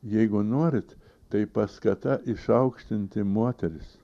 jeigu norit tai paskata išaukštinti moteris